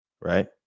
Right